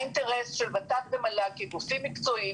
האינטרס של ות"ת ומל"ג כגופים מקצועיים,